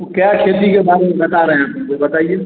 वो क्या खेती के बारे में बता रहे हैं आप हम को बताइए